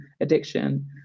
addiction